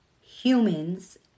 humans